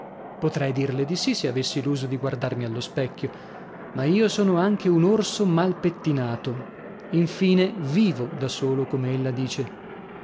potrei dirle di sì se avessi l'uso di guardarmi allo specchio ma io sono anche un orso mal pettinato infine vivo da solo com'ella dice